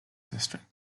district